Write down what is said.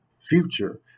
future